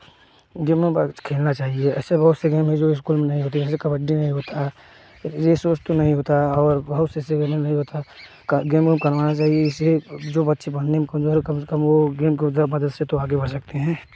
game वेम खेलना चाहिए ऐसे बहुत से गेम हैं जो स्कूल में नहीं होते जैसे कबड्डी नहीं होता रेस वेस तो नहीं होता और बहुत से गेम नहीं होता गेम गेम करवाना चाहिए इससे जो बच्चे पढ़ने में कमज़ोर हैं कम से कम वे गेम की मदद से तो आगे बढ़ सकते हैं